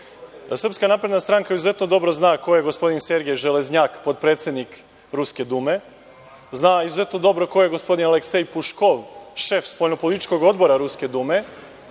misli. Da SNS izuzetno dobro zna ko je gospodin Sergej Železnjak, potpredsednik Ruske dume, zna izuzetno dobro ko je gospodin Aleksej Puškov, šef Spoljnopolitičkog odbora Ruske dume,